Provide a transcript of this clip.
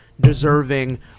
deserving